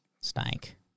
Stank